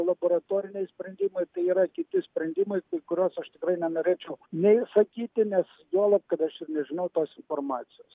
laboratoriniai sprendimai tai yra kiti sprendimai kuriuos aš tikrai nenorėčiau nei sakyti nes juolab kad aš ir nežinau tos informacijos